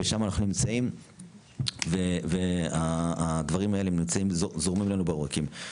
שם אנחנו נמצאים והדברים האלה זורמים לנו בעורקים.